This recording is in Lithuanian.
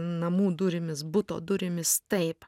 namų durimis buto durimis taip